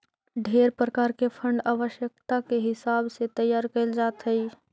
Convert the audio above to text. ढेर प्रकार के फंड आवश्यकता के हिसाब से तैयार कैल जात हई